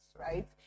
right